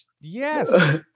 yes